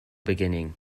beginning